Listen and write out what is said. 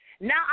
Now